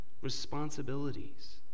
responsibilities